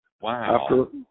Wow